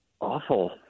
awful